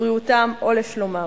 לבריאותם או לשלומם.